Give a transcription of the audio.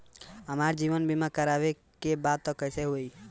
हमार जीवन बीमा करवावे के बा त कैसे होई?